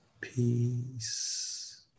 peace